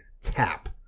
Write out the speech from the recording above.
tap